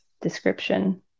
description